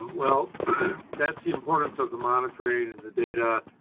well that's the importance of the monitoring and the data